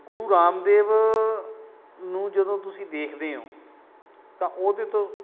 ਗੁਰੂ ਰਾਮਦੇਵ ਨੂੰ ਜਦੋਂ ਤੁਸੀਂ ਦੇਖਦੇ ਹੋ ਤਾਂ ਉਹਦੇ ਤੋਂ